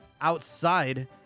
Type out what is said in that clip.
outside